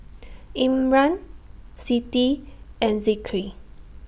Imran Siti and Zikri